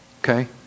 Okay